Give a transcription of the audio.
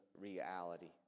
reality